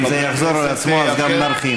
אם זה יחזור על עצמו אז גם נרחיב.